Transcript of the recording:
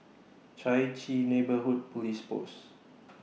Chai Chee Neighbourhood Police Post